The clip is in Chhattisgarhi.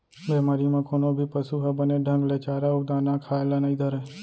बेमारी म कोनो भी पसु ह बने ढंग ले चारा अउ दाना खाए ल नइ धरय